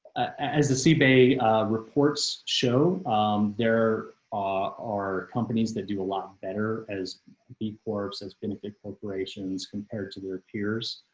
as the see bay reports show there are companies that do a lot better as the course has been a big corporations compared to their peers.